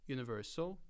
Universal